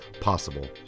possible